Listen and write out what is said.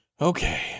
Okay